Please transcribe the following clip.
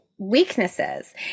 weaknesses